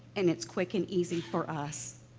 and it's quick and easy for us.